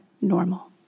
normal